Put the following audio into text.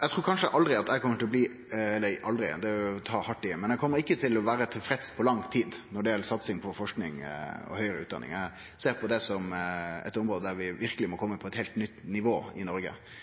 Eg trur kanskje aldri at eg kjem til å bli – eller aldri, det er å ta hardt i – men eg kjem ikkje til å vere tilfreds på lang tid når det gjeld satsing på forsking og høgare utdanning. Eg ser på det som eit område der vi verkeleg må komme på eit heilt nytt nivå i Noreg.